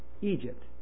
Egypt